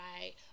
right